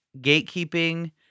gatekeeping